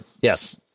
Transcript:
Yes